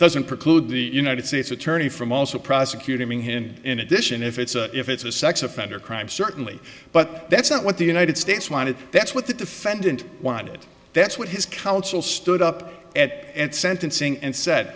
doesn't preclude the united states attorney from also prosecuting him in addition if it's if it's a sex offender crime certainly but that's not what the united states wanted that's what the defendant wanted that's what his counsel stood up at at sentencing and said